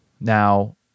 now